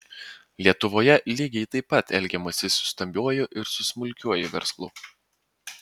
lietuvoje lygiai taip pat elgiamasi su stambiuoju ir smulkiuoju verslu